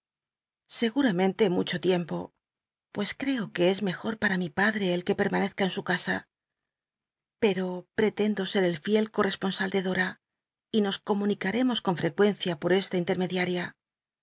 te mucho tiempo pues c para mi padre el que permanezca en sn es mc joj casa pero ji'clendo sct el fiel concsponsal de dom y nos comunicaremos con frecuencia por esta intetmediaria